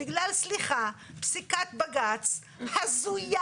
בגלל, סליחה, פסיקת בג"ץ הזויה,